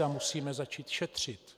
A musíme začít šetřit.